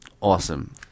Awesome